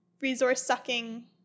resource-sucking